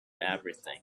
everything